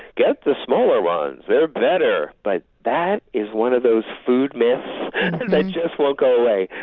get the smaller ones. they are better. but that is one of those food myths that just won't go away.